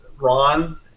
ron